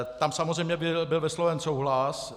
Tam samozřejmě byl vysloven souhlas.